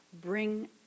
bring